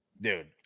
Dude